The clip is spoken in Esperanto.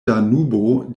danubo